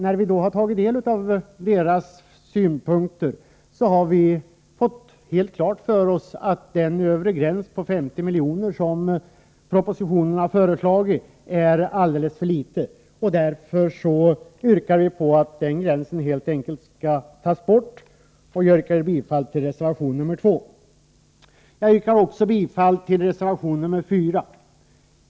När vi har tagit del av deras synpunkter, har vi fått helt klart för oss att den övre gräns på 50 milj.kr. som föreslås i propositionen är alldeles för låg. Därför yrkar vi att den gränsen helt enkelt tas bort. Jag yrkar bifall till reservation nr 2. Jag yrkar också bifall till reservation nr 4.